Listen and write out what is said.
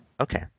Okay